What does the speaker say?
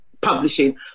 publishing